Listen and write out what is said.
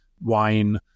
wine